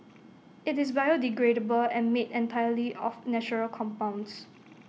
IT is biodegradable and made entirely of natural compounds